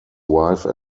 wife